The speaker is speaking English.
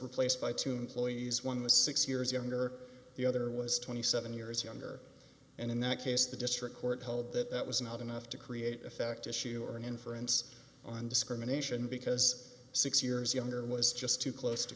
replaced by toon ploys one was six years younger the other was twenty seven years younger and in that case the district court held that that was not enough to create a fact issue or an inference on discrimination because six years younger was just too close to